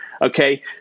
Okay